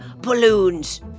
balloons